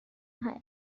hai